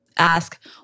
ask